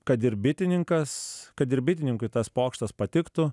kad ir bitininkas kad ir bitininkui tas pokštas patiktų